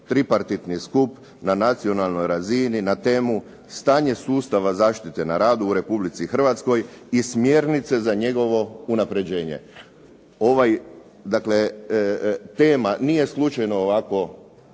tripartitni skup na nacionalnoj razini na temu "Stanje sustava zaštite na radu u Republici Hrvatskoj" i smjernice za njegovo unapređenje". Dakle, tema nije slučajno ovako